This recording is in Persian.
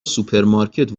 سوپرمارکت